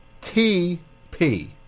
T-P